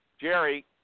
Jerry